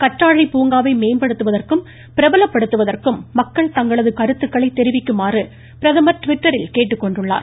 கற்றாழை பூங்காவை மேம்படுத்துவதற்கும் பிரபலப்படுத்துவதற்கும் மக்கள் கங்களது கருத்துக்களை தெரிவிக்குமாறு பிரதமர் ட்விட்டரில் கேட்டுக்கொண்டுள்ளார்